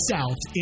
South